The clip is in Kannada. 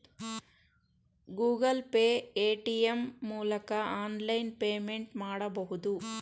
ಗೂಗಲ್ ಪೇ, ಪೇಟಿಎಂ ಮೂಲಕ ಆನ್ಲೈನ್ ಪೇಮೆಂಟ್ ಮಾಡಬಹುದು